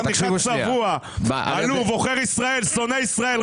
חתיכת צבוע, עלוב, עוכר ישראל, שונא ישראל.